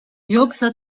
yoksa